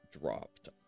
dropped